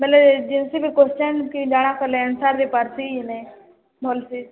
ବୋଇଲେ ଯେମିତି ବି କୋଶ୍ଚିନ୍ କି ଜାଣା କଲେ ଆନ୍ସାର୍ ଦେଇପାର୍ସି ହେଲେ ଭଲ୍ସି